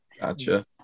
Gotcha